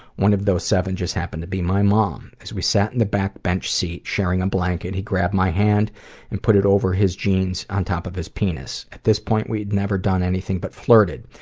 one of those seven just happened to be my mom. so we sat in the back bench seat, sharing a blanket. he grabbed my hand and put it over his jeans on top of his penis. at this point we'd never done anything but flirted.